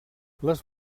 les